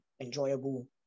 enjoyable